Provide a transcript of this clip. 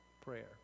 prayer